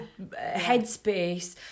headspace